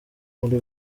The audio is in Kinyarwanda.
muri